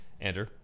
Andrew